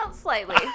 Slightly